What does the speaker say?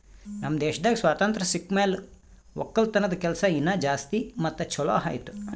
ನಮ್ ದೇಶದಾಗ್ ಸ್ವಾತಂತ್ರ ಸಿಕ್ ಮ್ಯಾಲ ಒಕ್ಕಲತನದ ಕೆಲಸ ಇನಾ ಜಾಸ್ತಿ ಮತ್ತ ಛಲೋ ಆಯ್ತು